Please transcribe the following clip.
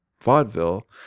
vaudeville